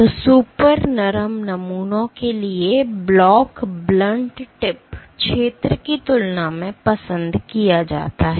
तो सुपर नरम नमूनों के लिए ब्लॉक ब्लंट टिप क्षेत्र की तुलना में पसंद किया जाता है